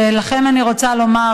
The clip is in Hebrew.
ואני רוצה לומר